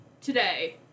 today